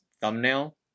thumbnail